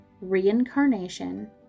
reincarnation